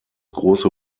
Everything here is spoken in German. große